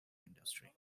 industry